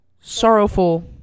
Sorrowful